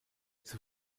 zur